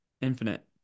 infinite